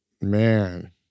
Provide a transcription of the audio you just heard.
man